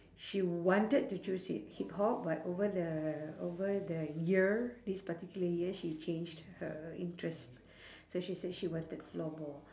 she wanted to choose hip hip hop but over the over the year this particular year she changed her interest so she said she wanted floorball